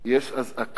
יש אזעקה.